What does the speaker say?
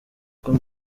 uko